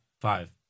Five